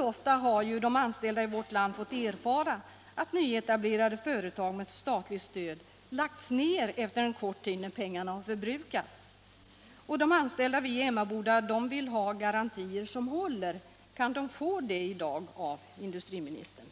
ofta har de anställda i vårt land fått erfara att nyetablerade företag med statligt stöd lagts ned efter en kort tid när pengarna för brukats. De anställda vid Emmaboda Glasverk vill ha garantier som hål Om vissa företagsler. Kan de få sådana i dag av industriministern?